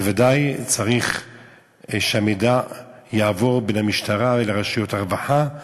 בוודאי צריך שהמידע יעבור בין המשטרה לבין רשויות הרווחה,